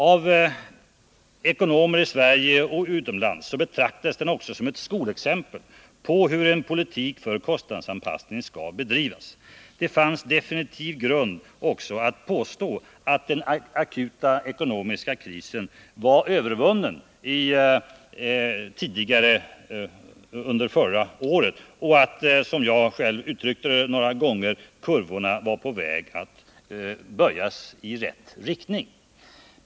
Av ekonomer i Sverige och utomlands betraktas den också såsom ett skolexempel på hur en politik för kostnadsanpassning skall bedrivas. Det fanns under förra året grund för att påstå att den akuta ekonomiska krisen var övervunnen, att — som jag själv uttryckte det några gånger — kurvorna var på väg att böjas i rätt riktning.